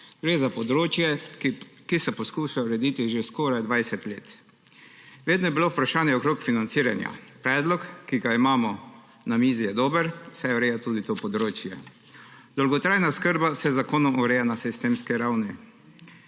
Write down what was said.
Gre za področje, ki se poskuša urediti že skoraj 20 let. Vedno je bilo vprašanje okrog financiranja. Predlog, ki ga imamo na mizi, je dober, saj ureja tudi to področje. Dolgotrajna oskrba se z zakonom ureja na sistemski ravni.